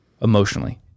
emotionally